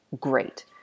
great